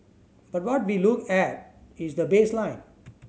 but what we look at is the baseline